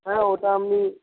হ্যাঁ ওটা আপনি